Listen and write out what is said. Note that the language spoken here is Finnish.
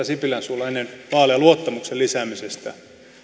sipilän suulla ennen vaaleja luottamuksen lisäämisestä